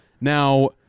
Now